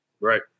Right